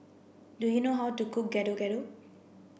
do you know how to cook Gado Gado